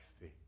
faith